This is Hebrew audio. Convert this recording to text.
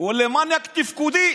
או למניאק תפקודי?